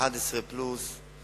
11 פלוס,